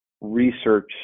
research